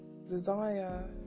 Desire